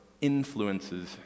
influences